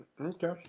Okay